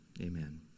amen